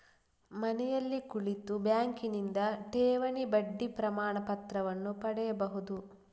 ಮನೆಯಲ್ಲಿ ಕುಳಿತು ಬ್ಯಾಂಕಿನಿಂದ ಠೇವಣಿ ಬಡ್ಡಿ ಪ್ರಮಾಣಪತ್ರವನ್ನು ಪಡೆಯಬಹುದು